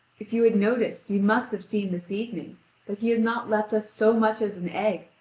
if you had noticed, you must have seen this evening that he has not left us so much as an egg,